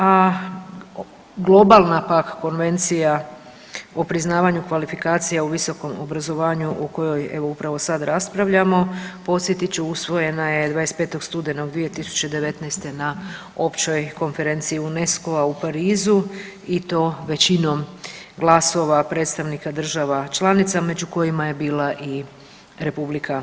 A globala pak konvencija o priznavanju kvalifikacija u visokom obrazovanju o kojoj evo upravo sad raspravljamo podsjetit ću usvojena je 25. studenog 2019. na Općoj konferenciji UNESC-o u Parizu i to većinom glasova predstavnika država članica među kojima je bila i RH.